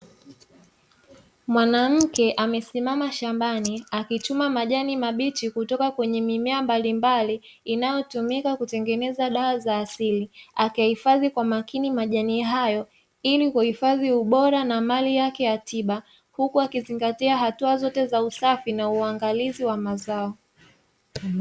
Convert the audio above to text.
Mwanamke amesimama shambani, akichuma majani mabichi kutoka kwenye mimea mbalimbali, inayotumika kutengeneza dawa za asili, akahifadhi kwa makini majani hayo ili kuhifadhi ubora na mali yake ya tiba, huku akizingatia hatua zote za usafi na uangalizi wa mazao.